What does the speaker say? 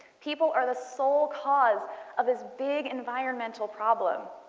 people are the sole cause of this big environmental problem.